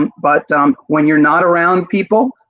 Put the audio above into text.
but um when you are not around people,